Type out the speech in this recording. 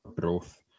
growth